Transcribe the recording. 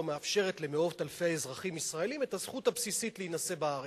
מאפשרת למאות אלפי אזרחים ישראלים את הזכות הבסיסית להינשא בארץ.